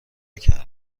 کرده